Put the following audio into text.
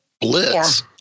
Blitz